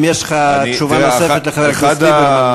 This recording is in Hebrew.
אם יש לך תשובה נוספת לחבר הכנסת ליברמן,